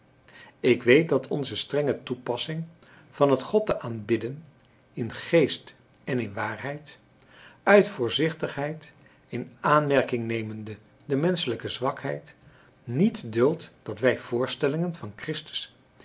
ik weet dat onze strenge toepassing van het god te aanbidden in geest en in waarheid uit voorzichtigheid in aanmerking nemende de menschelijke zwakheid niet duldt dat wij voorstellingen van christus